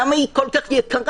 למה היא כל כך יקרה,